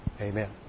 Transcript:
Amen